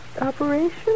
operation